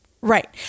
Right